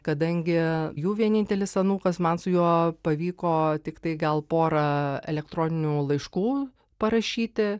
kadangi jų vienintelis anūkas man su juo pavyko tiktai gal porą elektroninių laiškų parašyti